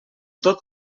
tot